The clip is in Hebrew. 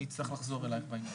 אני אצטרך לחזור אליך בעניין הזה.